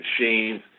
machines